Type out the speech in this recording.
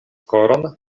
koron